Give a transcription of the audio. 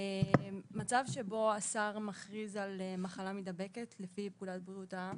מצב שבו השר מכריז על מחלה מידבקת לפי פקודת בריאות העולם